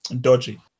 dodgy